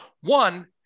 One